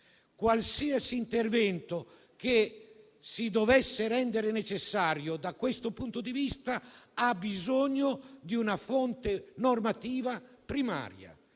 qualsiasi intervento che si dovesse rendere necessario da questo punto di vista ha bisogno di una fonte normativa primaria,